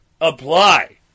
apply